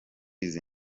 izi